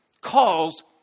calls